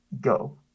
go